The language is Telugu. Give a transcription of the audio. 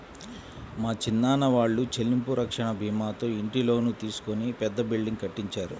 మా చిన్నాన్న వాళ్ళు చెల్లింపు రక్షణ భీమాతో ఇంటి లోను తీసుకొని పెద్ద బిల్డింగ్ కట్టించారు